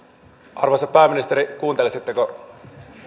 arvoisa pääministeri kuuntelisitteko